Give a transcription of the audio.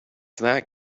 that